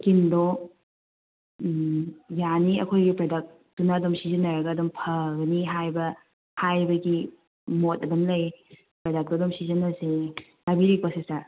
ꯏꯁꯀꯤꯟꯗꯣ ꯎꯝ ꯌꯥꯅꯤ ꯑꯩꯈꯣꯏꯒꯤ ꯄ꯭ꯔꯗꯛꯇꯨꯅ ꯑꯗꯨꯝ ꯁꯤꯖꯤꯟꯅꯔꯒ ꯑꯗꯨꯝ ꯐꯒꯅꯤ ꯍꯥꯏꯕ ꯍꯥꯏꯕꯒꯤ ꯃꯣꯠ ꯑꯗꯨꯝ ꯂꯩ ꯄ꯭ꯔꯗꯛꯇꯨ ꯑꯗꯨꯃ ꯁꯤꯖꯤꯟꯅꯁꯦ ꯇꯥꯕꯤꯔꯤꯀꯣ ꯁꯤꯁꯇꯔ